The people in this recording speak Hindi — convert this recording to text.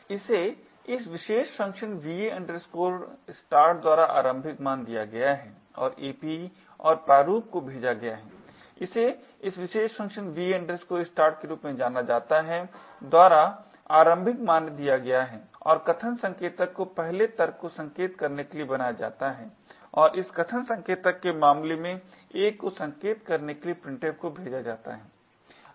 इसे इस विशेष फ़ंक्शन va start द्वारा आरंभिक मान दिया गया है और ap और प्रारूप को भेजा गया है इसे इस विशेष फ़ंक्शन va start के रूप में जाना जाता है द्वारा आरंभिक मान दिया गया है और कथन संकेतक को पहले तर्क को संकेत करने के लिए बनाया जाता है जो इस कथन संकेतक के मामले में a को संकेत करने के लिए printf को भेजा जाता है